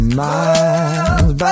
miles